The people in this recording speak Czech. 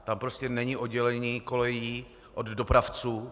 Tam prostě není oddělení kolejí od dopravců.